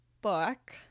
book